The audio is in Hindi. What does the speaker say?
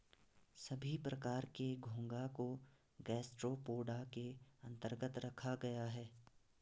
सभी प्रकार के घोंघा को गैस्ट्रोपोडा के अन्तर्गत रखा गया है